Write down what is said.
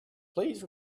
please